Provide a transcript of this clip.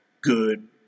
good